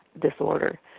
disorder